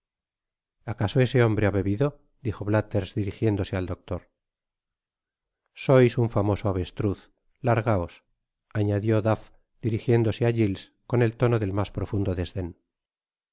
acaso ese hombre ha bebido dijo blathers dirijiéndose al doctor sois un famoso avestruz largaos añadióduffdirijiéndose á giles con el tono del mas profundo desden